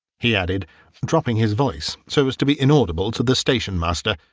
he added dropping his voice so as to be inaudible to the station-master,